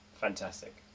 fantastic